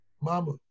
Mama